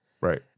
right